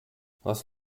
was